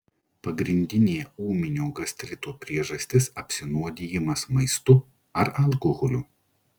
pagrindinė ūminio gastrito priežastis apsinuodijimas maistu ar alkoholiu